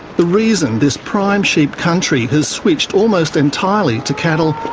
the reason this prime sheep country has switched almost entirely to cattle,